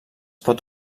pot